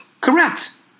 Correct